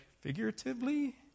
figuratively